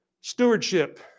stewardship